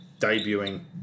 debuting